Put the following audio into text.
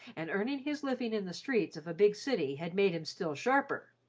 and earning his living in the streets of a big city had made him still sharper.